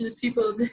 people